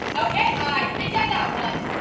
ok, i think i got one.